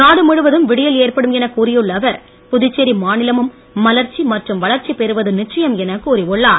நாடு முழுவதும் விடியல் ஏற்படும் என கூறியுள்ள அவர் புதுச்சேரி மாநிலமும் மலர்ச்சி மற்றும் வளர்ச்சி பெறுவது நிச்சயம் என கூறியுள்ளார்